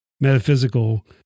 metaphysical